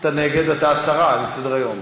אתה נגד, הסרה מסדר-היום.